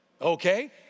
okay